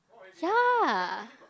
ya